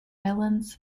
island